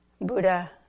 Buddha